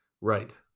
right